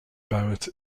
barrett